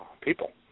people